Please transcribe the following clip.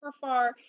far